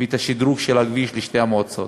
ואת השדרוג של הכביש לשתי המועצות.